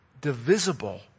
divisible